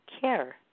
care